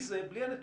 רועי רייכר ממשרד